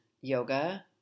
yoga